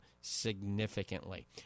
significantly